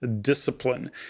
discipline